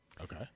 okay